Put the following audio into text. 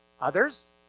others